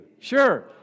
Sure